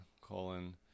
colon